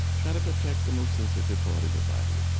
try to protect the most sensitive part of your body.